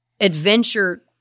adventure